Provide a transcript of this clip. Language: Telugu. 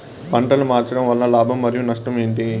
పంటలు మార్చడం వలన లాభం మరియు నష్టం ఏంటి